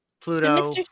Pluto